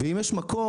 ואם יש מקום,